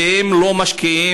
והם לא משקיעים,